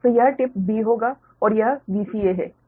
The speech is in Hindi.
तो यह टिप b होगा और यह Vca है